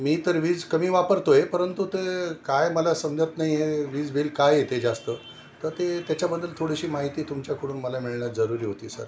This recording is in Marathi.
मी तर वीज कमी वापरतो आहे परंतु ते काय मला समजत नाही हे वीज बिल का येते जास्त तर ते त्याच्याबद्दल थोडीशी माहिती तुमच्याकडून मला मिळणं जरूरी होती सर